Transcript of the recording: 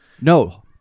No